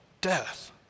Death